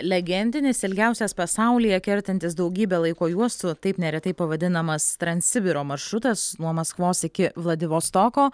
legendinis ilgiausias pasaulyje kertantis daugybę laiko juostų taip neretai pavadinamas transsibiro maršrutas nuo maskvos iki vladivostoko